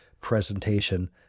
presentation